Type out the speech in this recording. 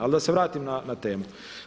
Ali da se vratim na temu.